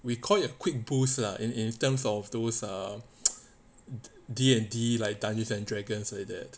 we call it a quick boost lah in in terms of those those ugh D and D like dungeons and dragons like that